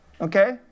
Okay